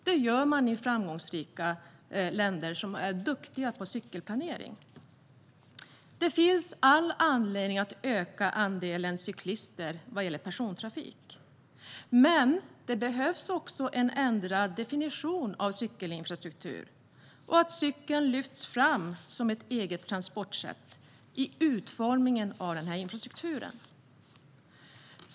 Det gör man i framgångsrika länder som är duktiga på cykelplanering. Det finns all anledning att öka andelen cyklister vad gäller persontrafik. Men det behövs också en ändrad definition av cykelinfrastruktur och att cykeln lyfts fram som ett eget transportsätt i utformningen av infrastrukturen.